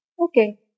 Okay